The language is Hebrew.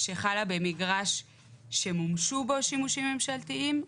שחלה במגרש שמומשו בו שימושים ממשלתיים,